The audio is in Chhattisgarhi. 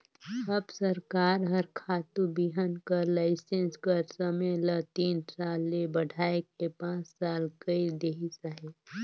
अब सरकार हर खातू बीहन कर लाइसेंस कर समे ल तीन साल ले बढ़ाए के पाँच साल कइर देहिस अहे